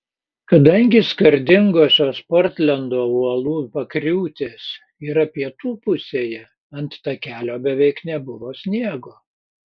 kadangi skardingosios portlendo uolų pakriūtės yra pietų pusėje ant takelio beveik nebuvo sniego